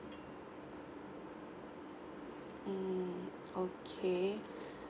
mm okay